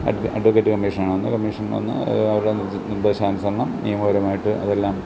അഡ്വ advocate കമ്മിഷനാണ് അന്ന് commission വന്നു അവരുടെ നിർദ്ദേശാനുസരണം നിയമപരമായിട്ട് അതെല്ലാം